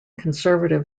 conservative